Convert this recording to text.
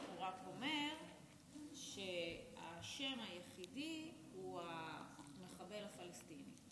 הוא רק אומר שהאשם היחידי הוא המחבל הפלסטיני.